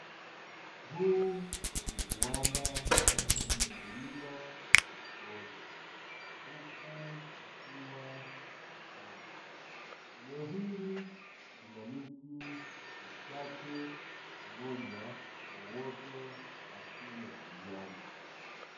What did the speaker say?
Huu ni uwanda wenye milima na mabonde, huku kukiwa na mashamba. Eneo hili lina miti michache pamoja na uoto wa asili wa kijani.